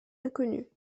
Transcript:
inconnue